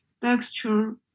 texture